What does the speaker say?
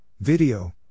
Video